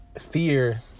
fear